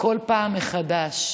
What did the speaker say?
כל פעם מחדש.